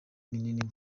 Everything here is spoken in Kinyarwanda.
minini